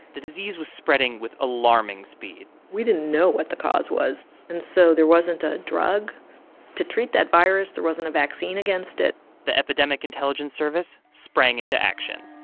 the disease was spreading with alarming speed we know what the cause was, and so there wasn't a a drug to treat that virus. there wasn't a vaccine against it the epidemic intelligence service sprang into action.